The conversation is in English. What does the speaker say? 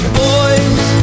boys